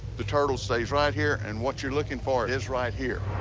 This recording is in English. the turtle stays right here, and what you're looking for is right here.